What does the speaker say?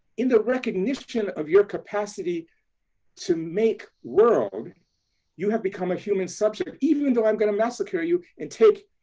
in the recognition of your capacity to make world you have become a human subject, even though i'm going to massacre you and take